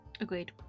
agreed